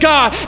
God